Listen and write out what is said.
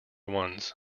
ones